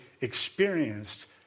experienced